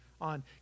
on